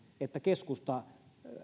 että keskusta